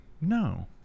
No